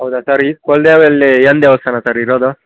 ಹೌದ ಸರ್ ಈ ಕೋಲದೇವಿ ಏನು ದೇವಸ್ಥಾನ ಸರ್ ಇರೋದು